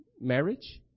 marriage